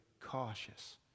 cautious